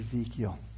Ezekiel